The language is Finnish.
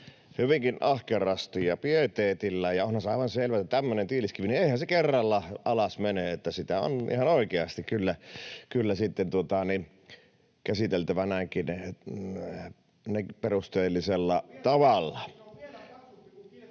hyvinkin ahkerasti ja pieteetillä. Onhan se aivan selvä, että eihän tämmöinen tiiliskivi kerralla alas mene, että sitä on ihan oikeasti kyllä sitten käsiteltävä näinkin perusteellisella tavalla.